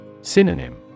Synonym